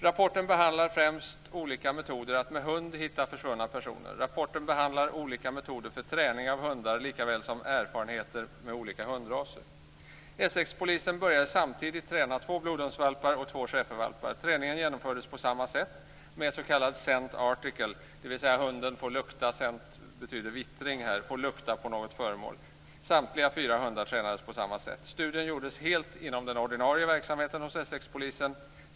Rapporten behandlar främst olika metoder att med hund hitta försvunna personer. Den behandlar olika modeller för träning av hundar likväl som erfarenheter med olika hundraser. Essexpolisen började samtidigt träna två blodhundsvalpar och två schäfervalpar. Träningen genomfördes på samma sätt, med s.k. scent article. Det betyder att hunden får lukta, scent betyder "vittring" här, på något föremål. Samtliga fyra hundar tränades alltså på samma sätt. Studien gjorde helt inom den ordinarie verksamheten hos Essexpolisen.